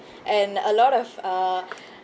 and a lot of uh